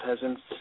peasants